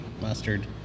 mustard